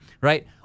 right